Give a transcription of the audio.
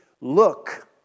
look